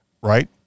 right